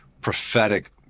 prophetic